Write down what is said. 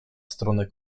stronę